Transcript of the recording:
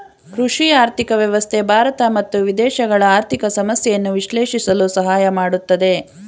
ಕೃಷಿ ಆರ್ಥಿಕ ವ್ಯವಸ್ಥೆ ಭಾರತ ಮತ್ತು ವಿದೇಶಗಳ ಆರ್ಥಿಕ ಸಮಸ್ಯೆಯನ್ನು ವಿಶ್ಲೇಷಿಸಲು ಸಹಾಯ ಮಾಡುತ್ತದೆ